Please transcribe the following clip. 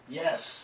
yes